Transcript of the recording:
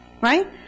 right